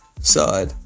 side